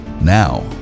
Now